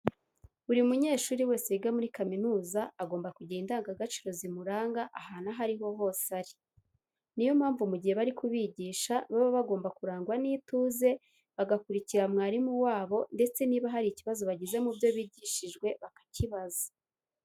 Buri munyeshuri wese wiga muri kaminuza, agomba kugira indangagaciro zimuranga ahantu aho ari ho hose ari. Niyo mpamvu mu gihe bari kubigisha baba bagomba kurangwa n'ituze, bagakurikira mwarimu wabo ndetse niba hari ikibazo bagize mu byo bigishijwe bakakibaza.